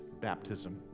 baptism